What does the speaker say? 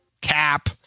cap